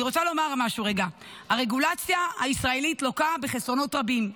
אני רוצה לומר משהו רגע: הרגולציה הישראלית לוקה בחסרונות רבים.